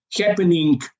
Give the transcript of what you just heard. happening